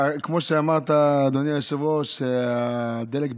בפעם הראשונה זה היה בהסתייגויות.